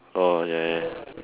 oh ya yeah